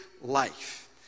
life